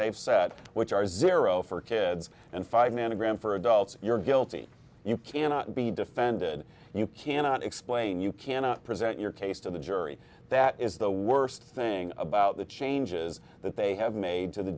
up which are zero for kids and five nanograms for adults you're guilty you cannot be defended and you cannot explain you cannot present your case to the jury that is the worst thing about the changes that they have made to the